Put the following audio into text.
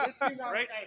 right